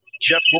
Jeff